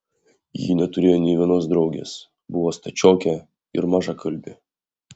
ji neturėjo nė vienos draugės buvo stačiokė ir mažakalbė